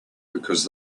because